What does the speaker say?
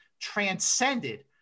transcended